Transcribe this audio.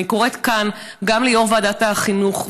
אני קוראת כאן גם ליו"ר ועדת החינוך,